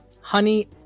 Honey